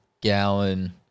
gallon